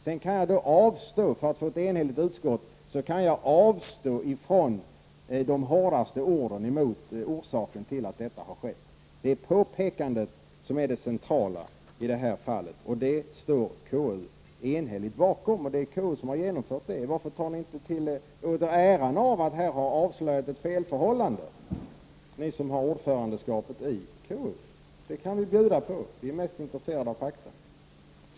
För att utskottet skall vara enigt kan jag sedan avstå från de hårdaste orden emot orsaken till att detta har skett. Det är påpekandet som är det centrala i detta fall, och det står KU enhälligt bakom. Det är KU som har genomfört detta. Varför tar ni inte åt er äran av att ha avslöjat ett missförhållande, ni som innehar ordförandeskapet i KU? Det kan vi bjuda på, vi är mest intresserade av fakta.